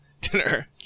dinner